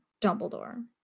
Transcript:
Dumbledore